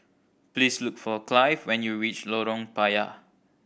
please look for Clive when you reach Lorong Payah